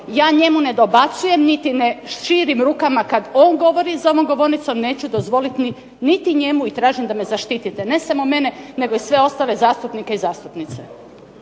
Ja njemu ne dobacujem niti ne širim rukama kad on govori za onom govornicom, neću dozvoliti niti njemu. I tražim da me zaštitite, ne samo mene nego i sve ostale zastupnike i zastupnice.